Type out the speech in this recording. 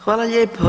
Hvala lijepo.